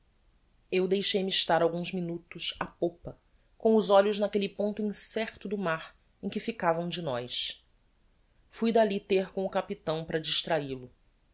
eu deixei-me estar alguns minutos á popa com os olhos naquelle ponto incerto do mar em que ficava um de nós fui dalli ter com o capitão para